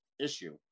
issue